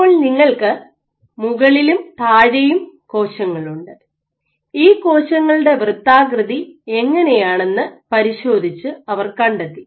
ഇപ്പോൾ നിങ്ങൾക്ക് മുകളിലും താഴെയും കോശങ്ങളുണ്ട് ഈ കോശങ്ങളുടെ വൃത്താകൃതി എങ്ങനെയാണെന്ന് പരിശോധിച് അവർ കണ്ടെത്തി